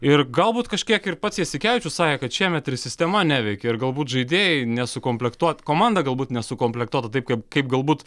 ir galbūt kažkiek ir pats jasikevičius sakė kad šiemet ir sistema neveikia ir galbūt žaidėjai nesukomplektuot komanda galbūt nesukomplektuota taip kaip kaip galbūt